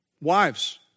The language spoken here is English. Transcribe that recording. Wives